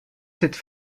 cette